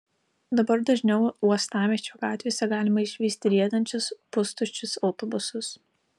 dabar dažniau uostamiesčio gatvėse galima išvysti riedančius pustuščius autobusus